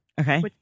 Okay